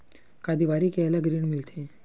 का देवारी के अलग ऋण मिलथे?